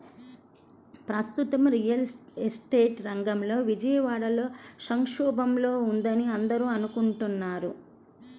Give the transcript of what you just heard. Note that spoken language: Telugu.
ప్రస్తుతం రియల్ ఎస్టేట్ రంగం విజయవాడలో సంక్షోభంలో ఉందని అందరూ అనుకుంటున్నారు